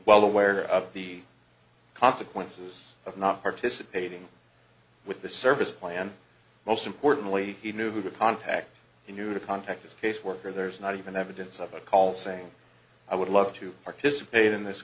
well aware of the consequences of not participating with the service plan most importantly he knew who to contact he knew to contact his caseworker there's not even evidence of a call saying i would love to participate in this